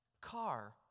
Car